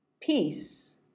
peace